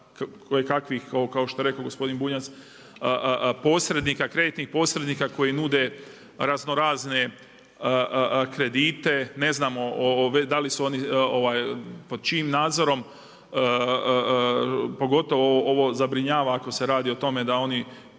kojekakvih, kao što je rekao gospodin Bunjac, kreditnih posrednika koji nude raznorazne kredite, ne znamo da li su oni, pod čijim nadzorom, pogotovo ovo zabrinjava ako se radi o tome da oni